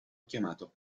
chiamato